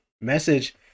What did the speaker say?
message